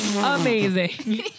Amazing